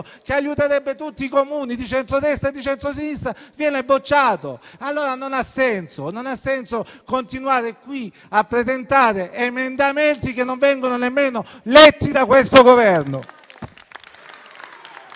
che aiuterebbe tutti i Comuni, di centrodestra e di centrosinistra, viene bocciato. Non ha senso continuare a presentare emendamenti che non vengono nemmeno letti da questo Governo.